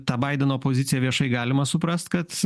tą baideno poziciją viešai galima suprast kad